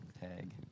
tag